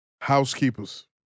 Housekeepers